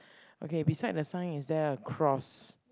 okay beside the sign is there a cross